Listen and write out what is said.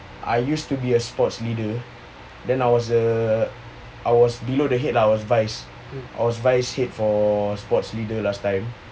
I used to be a sports leader then I was the I was below the head lah I was vice I was vice head for the sport leader last time